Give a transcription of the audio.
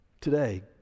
today